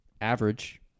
average